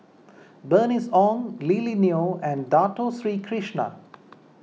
Bernice Ong Lily Neo and Dato Sri Krishna